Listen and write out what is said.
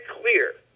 clear